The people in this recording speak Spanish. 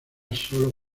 solo